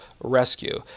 rescue